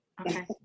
Okay